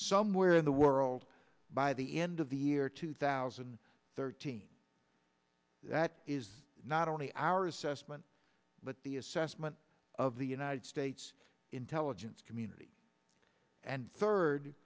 somewhere in the world by the end of the year two thousand and thirteen that is not only our assessment but the assessment of the united states intelligence community and third